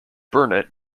burnett